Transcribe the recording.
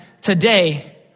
today